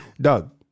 Doug